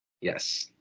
Yes